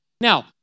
Now